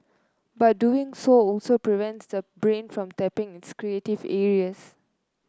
but doing so also prevents the brain from tapping its creative areas